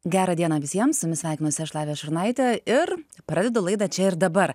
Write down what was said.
gerą dieną visiems su jumis sveikinuosi aš lavija šurnaitė ir pradedu laidą čia ir dabar